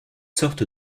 sortes